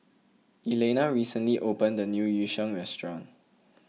Elaina recently opened a new Yu Sheng restaurant